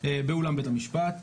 באולם בית המשפט.